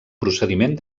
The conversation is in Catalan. procediment